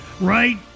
right